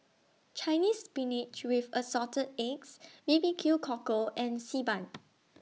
Chinese Spinach with Assorted Eggs B B Q Cockle and Xi Ban